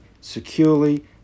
securely